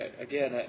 again